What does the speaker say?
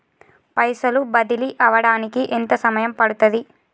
పైసలు బదిలీ అవడానికి ఎంత సమయం పడుతది?